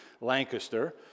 Lancaster